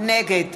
נגד